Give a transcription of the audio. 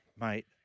mate